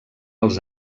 els